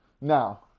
Now